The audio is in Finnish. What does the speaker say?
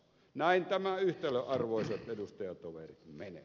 näin tämä yhtälö arvoisat edustajatoverit menee